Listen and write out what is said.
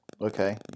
Okay